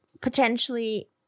potentially